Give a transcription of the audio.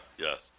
Yes